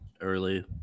early